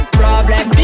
problem